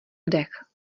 dech